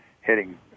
hitting